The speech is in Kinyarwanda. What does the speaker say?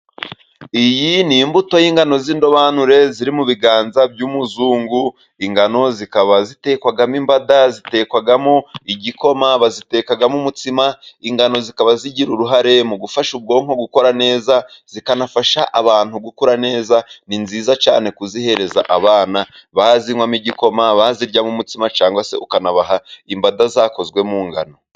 Iyi ni imbuto y'ingano z'indobanure ziri mu biganza by'umuzungu, ingano zikaba zitekwamo imbada, zitekwamo igikoma, bazitekamo umutsima, ingano zikaba zigira uruhare mu gufasha ubwonko gukora neza, zikanafasha abantu gukura neza, ni nziza cyane kuzihereza abana bazinywamo igikoma, baziryamo umutsima cyangwa se ukanabaha imbada zakozwe mu ngano.